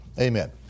Amen